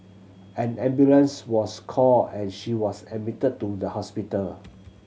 an ambulance was called and she was admitted to the hospital